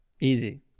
Easy